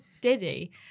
diddy